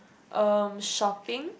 uh shopping